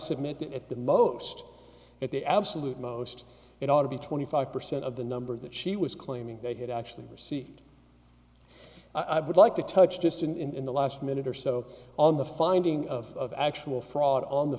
submit that at the most at the absolute most it ought to be twenty five percent of the number that she was claiming they had actually received i would like to touch just in the last minute or so on the finding of actual fraud on the